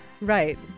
right